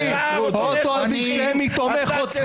אוטו-אנטישמי בהגדרה.